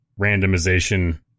randomization